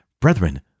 Brethren